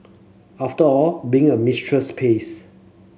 after all being a mistress pays